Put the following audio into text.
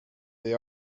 they